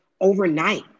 overnight